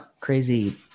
crazy